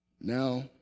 Now